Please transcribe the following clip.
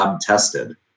tested